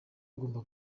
agomba